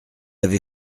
avait